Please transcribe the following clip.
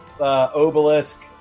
obelisk